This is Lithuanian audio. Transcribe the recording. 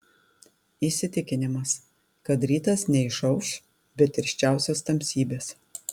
įsitikinimas kad rytas neišauš be tirščiausios tamsybės